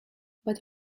but